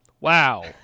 Wow